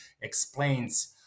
explains